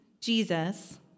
Jesus